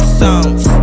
songs